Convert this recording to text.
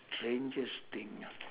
strangest thing ah